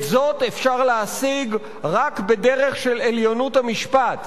את זאת אפשר להשיג רק בדרך של 'עליונות המשפט'".